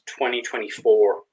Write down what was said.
2024